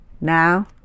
now